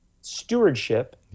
stewardship